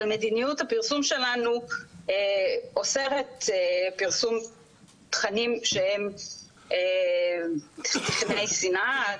אבל מדיניות הפרסום שלנו אוסרת פרסום תכנים שהם תכני שנאה,